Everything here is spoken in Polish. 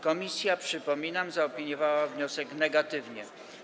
Komisja, przypominam, zaopiniowała wniosek negatywnie.